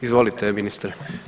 Izvolite ministre.